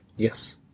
Yes